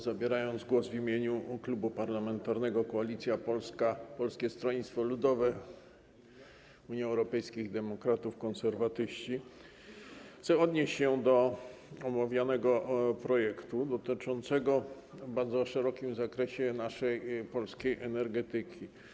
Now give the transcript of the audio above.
Zabierając głos w imieniu Klubu Parlamentarnego Koalicja Polska - Polskie Stronnictwo Ludowe, Unia Europejskich Demokratów, Konserwatyści, chcę odnieść się do omawianego projektu dotyczącego w bardzo szerokim zakresie naszej polskiej energetyki.